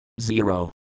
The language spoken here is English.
Zero